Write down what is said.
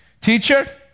Teacher